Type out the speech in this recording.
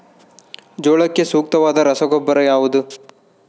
ಜೋಳಕ್ಕೆ ಸೂಕ್ತವಾದ ರಸಗೊಬ್ಬರ ಯಾವುದು?